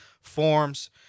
forms